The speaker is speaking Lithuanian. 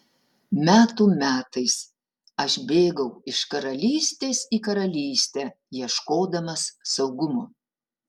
metų metais aš bėgau iš karalystės į karalystę ieškodamas saugumo